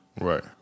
Right